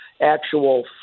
actual